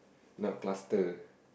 not cluster